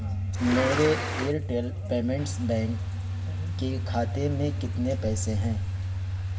میرے Airtel payments bank کے کھاتے میں کتنے پیسے ہیں